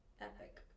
epic